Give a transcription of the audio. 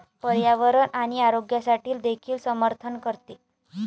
पर्यावरण आणि आरोग्यासाठी देखील समर्थन करते